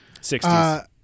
60s